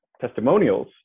testimonials